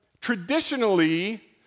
traditionally